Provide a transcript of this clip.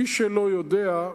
מי שלא יודע,